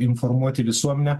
informuoti visuomenę